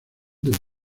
del